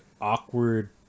awkward